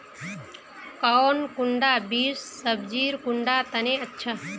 कौन कुंडा बीस सब्जिर कुंडा तने अच्छा?